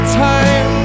time